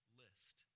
list